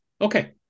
Okay